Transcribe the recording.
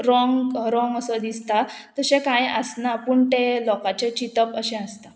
wrong wrong असो दिसता तशें कांय आसना पूण तें लोकाचें चितप अशें आसता